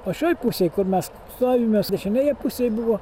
o šioj pusėj kur mes stovim mes dešinėje pusėj buvo